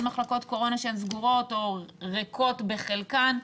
מחלקות קורונה שהן סגורות או ריקות בחלקן,